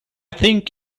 think